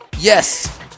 Yes